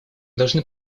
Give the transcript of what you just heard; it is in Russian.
должны